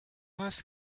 was